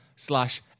Slash